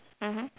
mmhmm